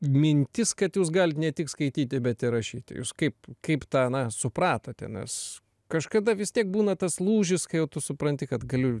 mintis kad jūs galit ne tik skaityti bet rašyti jūs kaip kaip tą ną supratote nes kažkada vis tiek būna tas lūžis kai jau tu supranti kad galiu